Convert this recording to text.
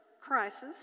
crisis